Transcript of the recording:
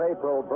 April